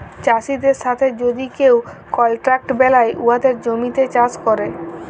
চাষীদের সাথে যদি কেউ কলট্রাক্ট বেলায় উয়াদের জমিতে চাষ ক্যরে